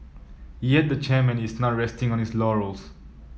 yet the chairman is not resting on his laurels